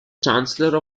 chancellor